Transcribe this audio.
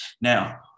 Now